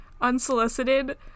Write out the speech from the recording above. unsolicited